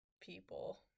people